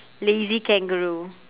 lazy kangaroo